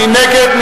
מי נגד?